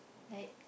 like